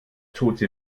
tote